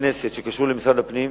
בכנסת שקשור למשרד הפנים,